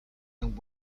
and